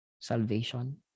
salvation